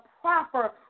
proper